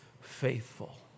Faithful